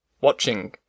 watching